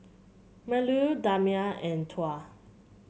Melur Damia and Tuah